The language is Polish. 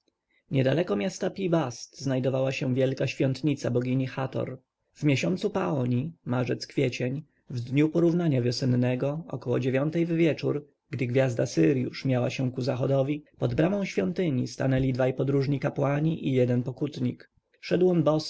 niedaleko miasta pi-bast znajdowała się wielka świątnica bogini hator w miesiącu paoni marzec kwiecień w dniu porównania wiosennego około dziewiątej w wieczór gdy gwiazda syrjusz miała się ku zachodowi pod bramą świątyni stanęli dwaj podróżni kapłani i jeden pokutnik szedł on